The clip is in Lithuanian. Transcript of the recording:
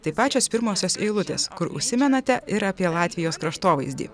tai pačios pirmosios eilutės kur užsimenate ir apie latvijos kraštovaizdį